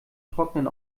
trocknen